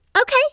okay